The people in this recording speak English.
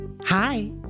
Hi